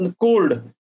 cold